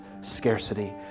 scarcity